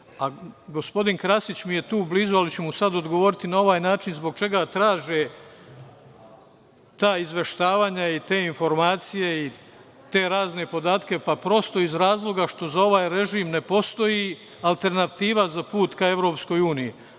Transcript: briše. Gospodin Krasić mi je tu blizu, ali ću mu sada odgovoriti na ovaj način, zbog čega traže ta izveštavanja, i te informacije i te razne podatke, prosto iz razloga što za ovaj režim ne postoji alternativa za put ka EU. On je